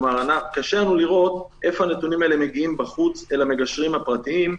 קשה לנו לראות איפה הנתונים האלה מגיעים בחוץ אל המגשרים הפרטיים,